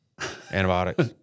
Antibiotics